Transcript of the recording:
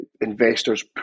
investors